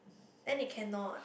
then they cannot